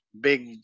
big